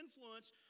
influence